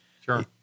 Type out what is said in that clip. Sure